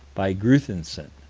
by gruthinson